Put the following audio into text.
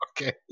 Okay